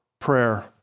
prayer